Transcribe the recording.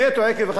עפו אגבאריה,